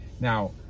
Now